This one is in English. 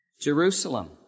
Jerusalem